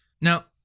Now